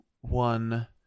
one